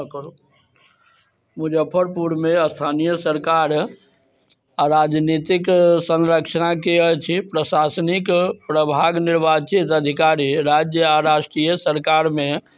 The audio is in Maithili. हँ करू मुजफ्फरपुरमे स्थानीय सरकार अराजनीतिक संरचनाके अछि प्रशासनिक प्रभाग निर्वाचित अधिकारी राज्य आओर राष्ट्रीय सरकारमे